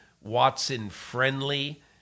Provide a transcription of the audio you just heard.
Watson-friendly